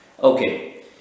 Okay